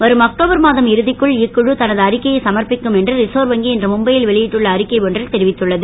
வரும் அக்டோபர் மாதம் இறுதிக்குள் இக்குழு தனது அறிக்கையை சமர்ப்பிக்கும் என்று ரிசர்வ் வங்கி இன்று மும்பையில் வெளியிட்டுள்ள அறிக்கை ஒன்றில் தெரிவித்துள்ளது